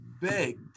begged